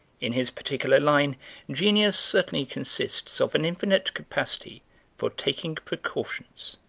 in his particular line genius certainly consists of an infinite capacity for taking precautions.